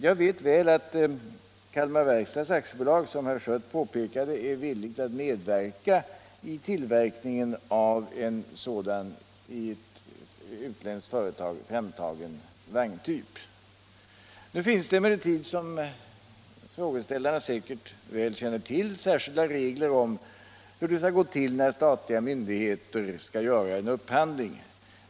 Jag vet väl att Kalmar Verkstads AB, som herr Schött påpekade, är villigt att medverka i tillverkningen av en sådan från utländskt företag hemtagen vagntyp. Nu finns det, som frågeställaren säkert väl känner till, särskilda regler om hur statliga myndigheter skall göra en upphandling.